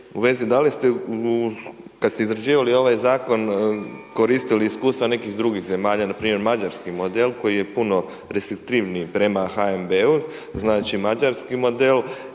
u vezi da li ste, kada ste izrađivali ovaj zakon koristili iskustva nekih drugih zemalja, npr. mađarski model koji je puno restriktivniji prema HNB-u, znači mađarski model?